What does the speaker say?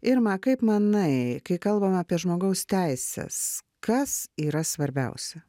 irma kaip manai kai kalbama apie žmogaus teises kas yra svarbiausia